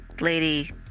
lady